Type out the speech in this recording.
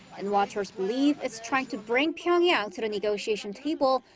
and watchers believe it's trying to bring pyeongyang to the negotiation table,